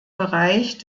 bereich